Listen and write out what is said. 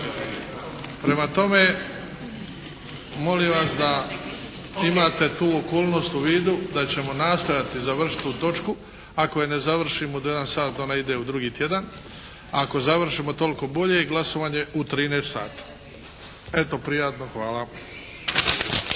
Prema tome, molim vas da to imate, tu okolnost u vidu da ćemo nastojati završiti tu točku. Ako je ne završimo do 1 sat, onda ide u drugi tjedan. Ako završimo toliko bolje. Glasovanje u 13 sati. Eto, prijatno. Hvala.